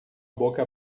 boca